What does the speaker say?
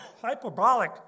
hyperbolic